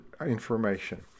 information